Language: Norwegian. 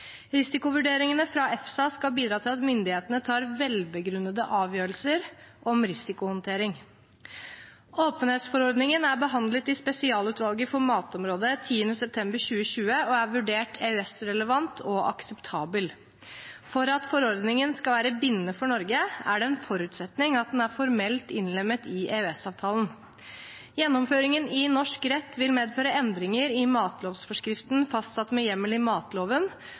Risikovurderingene fra EFSA skal bidra til at myndighetene tar velbegrunnede avgjørelser om risikohåndtering. Åpenhetsforordningen er behandlet i Spesialutvalget for matområdet 10. september 2020 og er vurdert EØS-relevant og akseptabel. For at forordningen skal være bindende for Norge, er det en forutsetning at den er formelt innlemmet i EØS-avtalen. Gjennomføringen i norsk rett vil medføre endringer i matlovsforskriften fastsatt med hjemmel i matloven